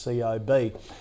COB